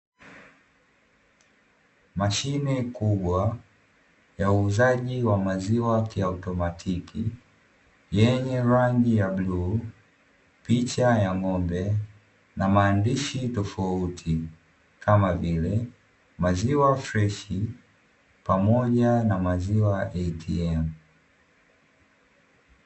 Mashine kubwa ya uuzaji wa maziwa kiautomatiki,, yenye rangi ya buluu, picha ya ng'ombe na maandishi tofauti, kama vile maziwa freshi pamoja na maziwa "ATM".